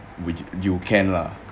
you can lah